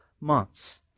months